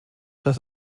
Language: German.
das